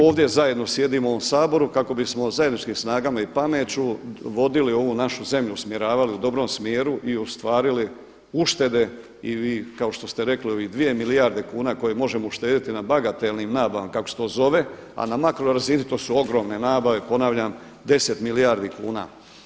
Ovdje zajedno sjedimo u ovom Saboru kako bismo zajedničkim snagama i pameću vodili ovu našu zemlju, usmjeravali u dobrom smjeru i ostvarili uštede i kao što ste rekli dvije milijarde kuna koje možemo uštediti na bagatelnim nabavama kako se to zove, a na makro razini to su ogromne nabave, ponavljam deset milijardi kuna.